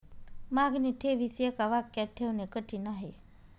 मागणी ठेवीस एका वाक्यात ठेवणे कठीण आहे